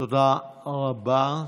תודה רבה.